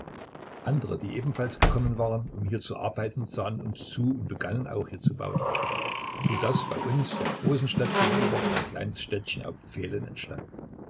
andere die ebenfalls gekommen waren um hier lange zu arbeiten sahen uns zu und begannen ebendort zu bauen so daß bei uns der großen stadt gegenüber ein kleines städtchen auf pfählen entstand